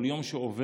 כל יום שעובר